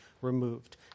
removed